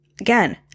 Again